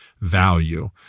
value